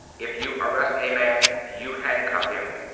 if you arrest a man you handcuff him.